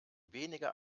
weniger